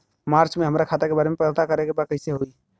मार्च में हमरा खाता के पैसा के बारे में पता करे के बा कइसे होई?